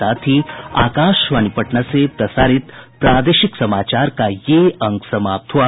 इसके साथ ही आकाशवाणी पटना से प्रसारित प्रादेशिक समाचार का ये अंक समाप्त हुआ